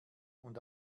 und